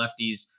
lefties